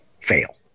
fail